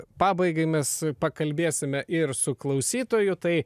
pabaigai mes pakalbėsime ir su klausytoju tai